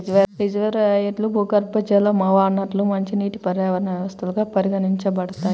రిజర్వాయర్లు, భూగర్భజల వనరులు మంచినీటి పర్యావరణ వ్యవస్థలుగా పరిగణించబడతాయి